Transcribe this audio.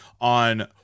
on